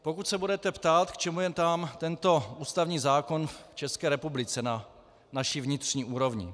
Pokud se budete ptát, k čemu je nám tento ústavní zákon v České republice na naší vnitřní úrovni.